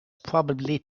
probably